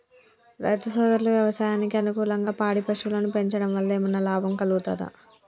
రైతు సోదరులు వ్యవసాయానికి అనుకూలంగా పాడి పశువులను పెంచడం వల్ల ఏమన్నా లాభం కలుగుతదా?